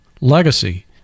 Legacy